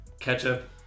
Ketchup